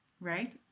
Right